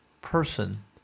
person